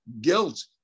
guilt